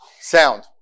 sound